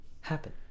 happen